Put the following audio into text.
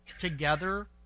together